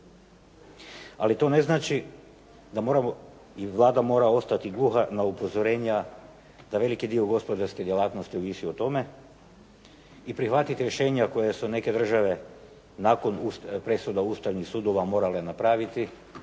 Ali to ne znači da moramo i Vlada mora ostati gluha na upozorenja da veliki dio gospodarskih djelatnosti ovisi o tome i prihvatiti rješenja koja su neke države nakon presuda ustavnih sudova morali napraviti,